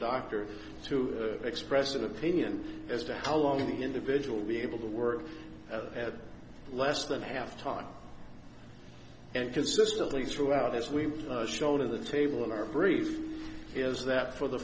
doctor to express an opinion as to how long the individual be able to work at less than half the time and consistently throughout this we shown in the table in our brief is that for the